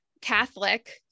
Catholic